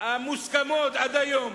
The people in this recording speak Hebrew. המוסכמות שהיו עד היום.